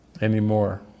anymore